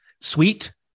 sweet